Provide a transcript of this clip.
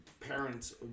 Parents